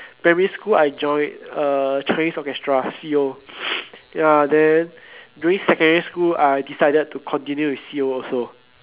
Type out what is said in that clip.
primary school I join uh chinese orchestra C_O ya then during secondary school I decided to continue with C_O also